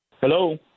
Hello